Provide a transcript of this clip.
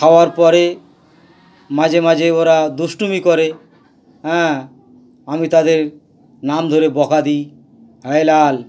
খাওয়ার পরে মাঝে মাঝে ওরা দুষ্টুমি করে হ্যাঁ আমি তাদের নাম ধরে বকা দিই এই লাল